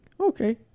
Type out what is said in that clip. Okay